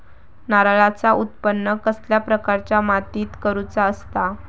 नारळाचा उत्त्पन कसल्या प्रकारच्या मातीत करूचा असता?